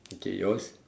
okay yours